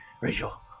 Rachel